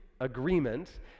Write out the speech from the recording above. agreement